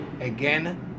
again